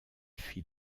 fit